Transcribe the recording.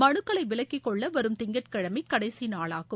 மனுக்களை விலக்கிக் கொள்ள வரும் திங்கட்கிழமை கடைசி நாளாகும்